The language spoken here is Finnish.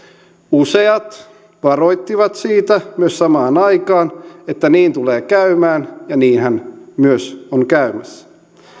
useat varoittivat siitä myös samaan aikaan että niin tulee käymään ja niinhän myös on käymässä